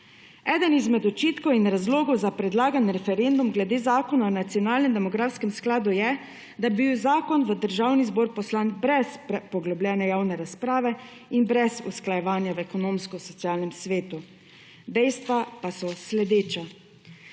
Eden izmed očitkov in razlogov za predlagan referendum glede zakona o nacionalnem demografskem skladu je, da je bil zakon v državni zbor poslan brez poglobljene javne razprave in brez usklajevanja v Ekonomsko-socialnem svetu. Dejstva pa so sledeča.